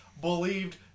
believed